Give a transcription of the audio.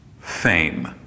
Fame